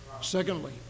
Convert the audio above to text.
Secondly